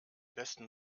besten